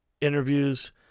interviews